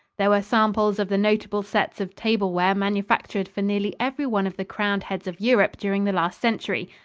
there were samples of the notable sets of tableware manufactured for nearly every one of the crowned heads of europe during the last century,